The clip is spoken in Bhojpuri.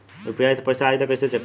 यू.पी.आई से पैसा आई त कइसे चेक खरब?